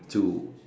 to